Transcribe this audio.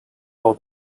all